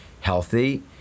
healthy